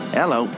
hello